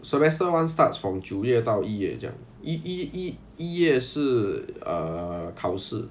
semester one starts from 九月到一月这样一一一一月是 err 考试